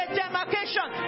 demarcation